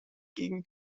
gegen